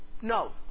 No